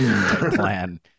plan